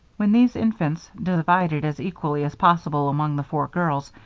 when these infants, divided as equally as possible among the four girls,